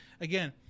again